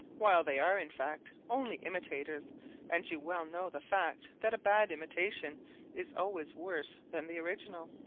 while they are, in fact, only imitators and you well know the fact that a bad imitation is always worse than the original.